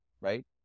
right